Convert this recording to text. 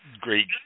great